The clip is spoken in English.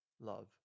Love